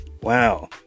Wow